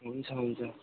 हुन्छ हुन्छ